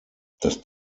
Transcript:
das